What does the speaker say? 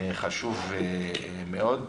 חשוב מאוד.